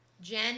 Jen